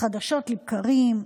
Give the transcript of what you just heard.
חדשות לבקרים,